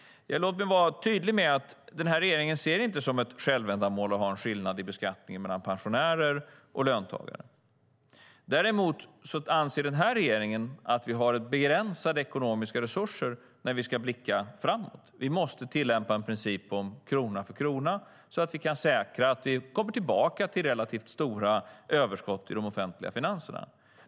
Låt mig vara tydlig med att denna regering inte ser det som ett självändamål att ha en skillnad i beskattning mellan pensionärer och löntagare. Däremot anser denna regering att vi har begränsade ekonomiska resurser när vi ska blicka framåt. Vi måste tillämpa en princip om krona för krona så att vi kan säkra att vi kommer tillbaka till relativt stora överskott i de offentliga finanserna.